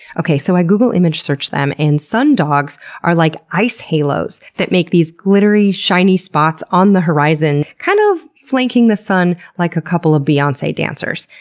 so i google image searched them, and sun dogs are like ice halos that make these glittery, shiny spots on the horizon, kind of flanking the sun like a couple of beyonce dancers.